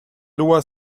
loi